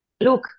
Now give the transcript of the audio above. look